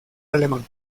alemán